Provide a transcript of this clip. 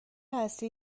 اصلی